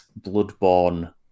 Bloodborne